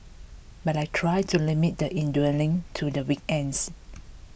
but I try to limit the indulging to the weekends